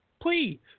please –